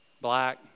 black